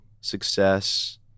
success